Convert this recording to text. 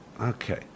Okay